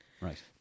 Right